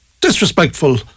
disrespectful